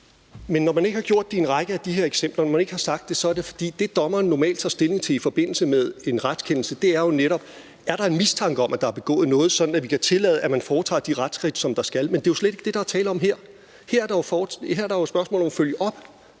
Men når man ikke har gjort det i en række af de her eksempler, er det, fordi det, dommeren normalt tager stilling til i forbindelse med en retskendelse, netop er, om der er en mistanke om, at der er begået noget, så vi kan tillade, at der foretages de retsskridt, som skal tages. Men det er jo slet ikke det, der er tale om her. Her er det jo et spørgsmål om at følge op